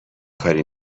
کاری